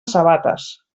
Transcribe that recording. sabates